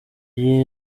gihe